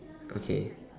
okay